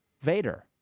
Vader